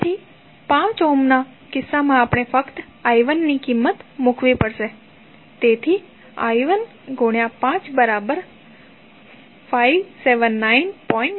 તેથી 5 ઓહ્મના કિસ્સામાં આપણે ફક્ત I1 ની કિંમત મૂકવી પડશે તેથી I15 તમને 579